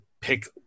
pick